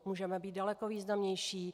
Můžeme být daleko významnější.